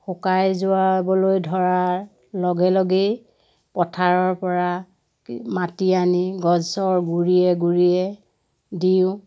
শুকাই যোৱাবলৈ ধৰাৰ লগে লগেই পথাৰৰ পৰা মাটি আনি গছৰ গুৰিয়ে গুৰিয়ে দিওঁ